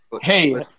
Hey